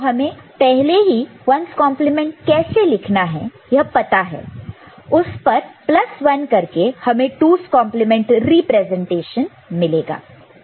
तो हमें पहले ही 1's कंप्लीमेंट 1's complement कैसे लिखना है वह पता है उस पर प्लस 1 करके हमें 2's complement representation 2's complement representation मिलेगा